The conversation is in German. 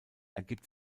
ergibt